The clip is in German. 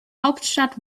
hauptstadt